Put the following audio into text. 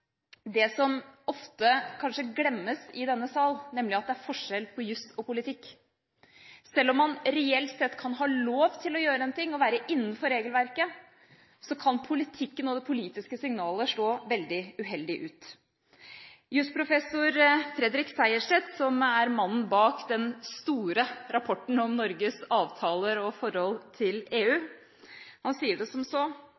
det som ofte kanskje glemmes i denne sal, nemlig at det er forskjell på jus og politikk. Selv om man reelt sett kan ha lov til å gjøre en ting og være innenfor regelverket, kan politikken og det politiske signalet slå veldig uheldig ut. Jusprofessor Fredrik Sejersted, som er mannen bak den store rapporten om Norges avtaler og forhold til EU, sier som så: